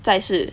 在世